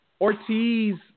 Ortiz